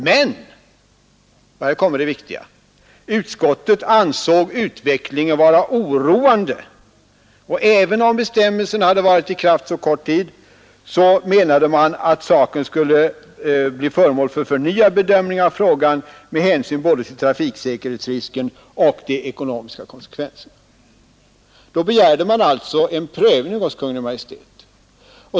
Men — och det är det viktiga — utskottet ansåg utvecklingen vara oroande, och även om bestämmelsen hade varit i kraft endast kort tid menade utskottet att frågan borde bli föremål för förnyad bedömning med hänsyn både till trafiksäkerhetsrisken och till de ekonomiska konsekvenserna. Man begärde alltså en prövning hos Kungl. Maj:t.